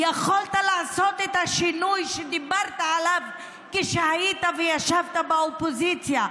יכולת לעשות את השינוי שדיברת עליו כשהיית וישבת באופוזיציה,